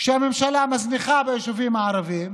שהממשלה מזניחה ביישובים הערביים,